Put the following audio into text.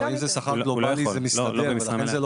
אבל אם זה שכר גלובלי, זה מסתדר, לכן זה לא